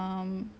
soalan